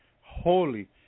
holy